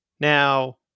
Now